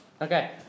Okay